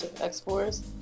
X-Force